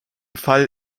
fall